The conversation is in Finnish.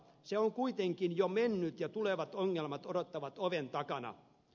se on kuitenkin jo mennyt ja tulevat ongelmat odottavat oven takana